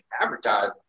advertising